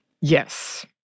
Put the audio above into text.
Yes